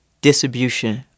distribution